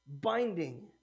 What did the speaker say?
Binding